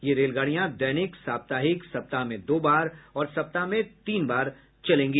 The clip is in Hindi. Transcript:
ये रेलगाड़ियां दैनिक साप्ताहिक सप्ताह में दो बार और सप्ताह में तीन बार चलेंगी